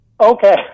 Okay